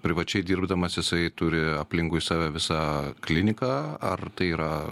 privačiai dirbdamas jisai turi aplinkui save visą kliniką ar tai yra